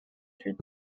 huit